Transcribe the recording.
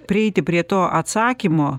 prieiti prie to atsakymo